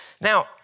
Now